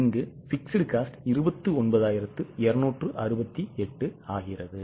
இங்கு இங்கு fixed cost 29268 ஆகிறது